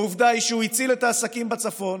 העובדה היא שהוא הציל את העסקים בצפון,